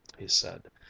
he said,